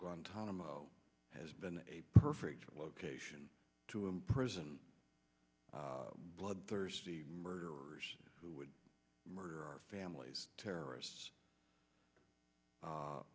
guantanamo has been a perfect location to imprison bloodthirsty murderers who would murder our families terrorists